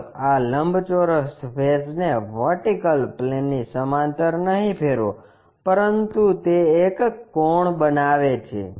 ચાલો આ લંબચોરસ ફેસ ને વર્ટિકલ પ્લેનની સમાંતર નહીં ફેરવો પરંતુ તે એક કોણ બનાવે છે